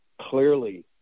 clearly